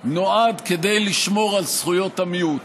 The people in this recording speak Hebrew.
נועדו לשמור על זכויות המיעוט.